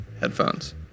headphones